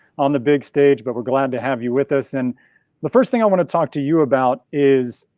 on the big stage, but we're glad to have you with us. and the first thing i wanna talk to you about is,